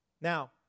Now